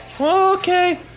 Okay